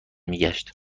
میگشت